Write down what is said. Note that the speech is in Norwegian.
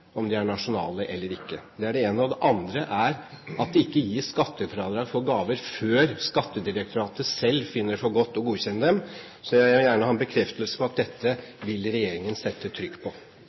om de er nasjonale eller ikke. Det er det ene. Og det andre er at det ikke gis skattefradrag for gaver før Skattedirektoratet selv finner det for godt å godkjenne dem. Jeg vil gjerne ha en bekreftelse på at regjeringen vil sette trykk på